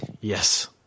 yes